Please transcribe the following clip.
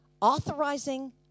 authorizing